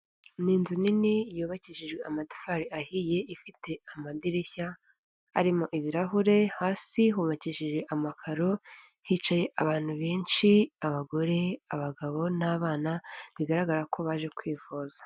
Ni inzu nini yubakishijwe amatafari ahiye ifite amadirishya arimo ibirahure, hasi hubakishijejwe amakaro, hicaye abantu benshi abagore abagabo n'abana bigaragara ko baje kwivuza.